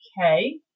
okay